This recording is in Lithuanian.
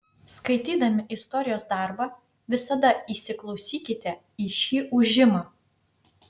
skaitydami istorijos darbą visada įsiklausykite į šį ūžimą